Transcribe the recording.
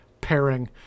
pairing